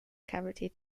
cavity